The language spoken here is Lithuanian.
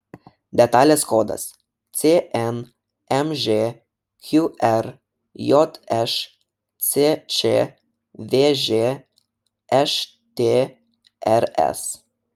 detalės kodas cnmž qrjš zčvž štrs